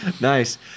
Nice